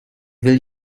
will